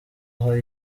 aha